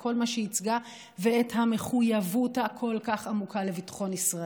כל מה שהיא ייצגה ואת המחויבות הכל-כך עמוקה לביטחון ישראל,